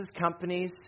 companies